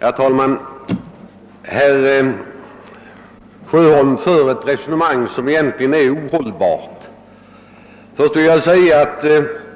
Herr talman! Herr Sjöholm för ett resonemang som egentligen är ohållbart. Först vill jag säga att